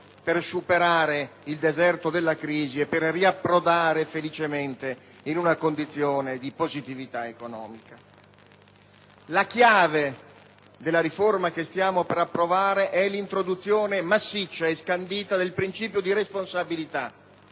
per superare il deserto della crisi e per riapprodare felicemente in una condizione di positività economica. La chiave della riforma che stiamo per approvare è l'introduzione massiccia e scandita del principio di responsabilità